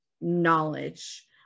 knowledge